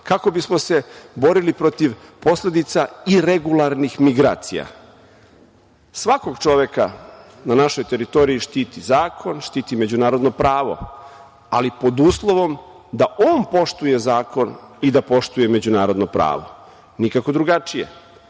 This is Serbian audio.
kako bismo se borili protiv posledica iregularnih migracija. Svakog čoveka na našoj teritoriji štiti zakon, štiti međunarodno pravo, ali pod uslovom da on poštuje zakon i da poštuje međunarodno pravo nikao drugačije.